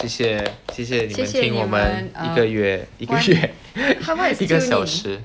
谢谢谢谢你们听我们一个月一个月 一个小时